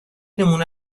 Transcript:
نمونه